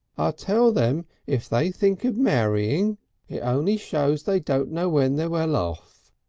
i tell them if they think of marrying it only shows they don't know when they're well off.